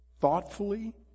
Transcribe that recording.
thoughtfully